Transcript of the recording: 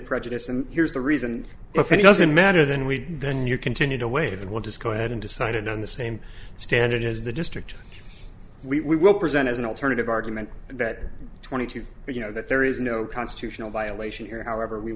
prejudice and here's the reason if any doesn't matter than we then you continue to weigh the want to go ahead and decided on the same standard as the district we will present as an alternative argument that twenty two but you know that there is no constitutional violation here however we